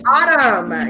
Autumn